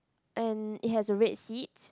and it has a red seat